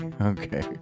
Okay